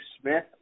Smith